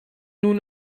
nun